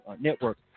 network